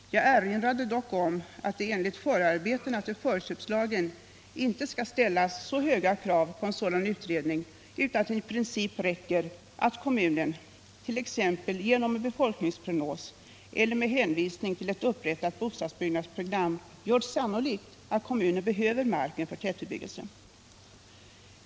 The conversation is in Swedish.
Jag erinrade dock om att det enligt förarbetena till förköpslagen inte skall ställas så höga krav på en sådan utredning utan att det i princip räcker att kommunen t.ex. genom en befolkningsprognos eller med hänvisning till ett upprättat bostadsbyggnadsprogram gör sannolikt att kommunen behöver marken för tätbebyggelse.